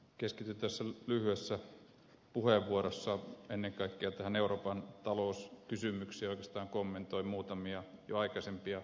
keskityn tässä lyhyessä puheenvuorossa ennen kaikkea tähän euroopan talouskysymykseen ja oikeastaan kommentoin muutamia aikaisempia puheenvuoroja